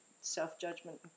self-judgment